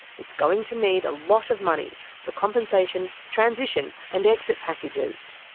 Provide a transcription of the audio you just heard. it's going to need a lot of money for compensation, transition and exit packages.